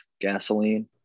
gasoline